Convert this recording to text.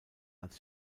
als